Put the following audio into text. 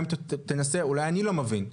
ואולי אני לא מבין,